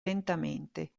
lentamente